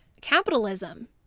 capitalism